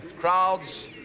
Crowds